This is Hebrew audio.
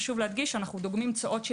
חשוב להדגיש שאנחנו דוגמים צואות של